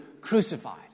crucified